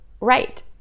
right